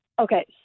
Okay